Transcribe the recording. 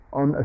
on